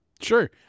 Sure